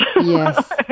Yes